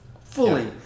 fully